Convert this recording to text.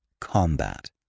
combat